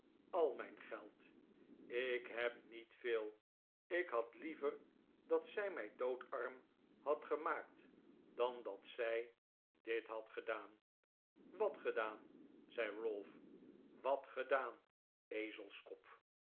al mijn geld ik heb niet veel ik had liever dat zij mij doodarm had gemaakt dan dat zij dit had gedaan wat gedaan zei ralph wat gedaan